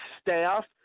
staff